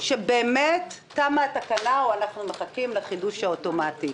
שבאמת תמה התקנה או אנחנו מחכים לחידוש האוטומטי.